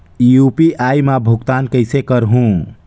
UPI मा भुगतान कइसे करहूं?